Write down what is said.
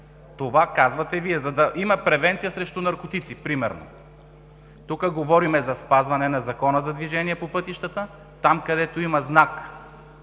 Това казвате Вие – за да има превенция срещу наркотици, примерно. Тук говорим за спазване на Закона за движение по пътищата, там, където има знак